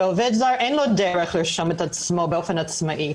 ולעובד זר אין דרך לרשום את עצמו באופן עצמאי,